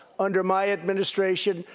under my administration,